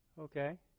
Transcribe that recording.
Okay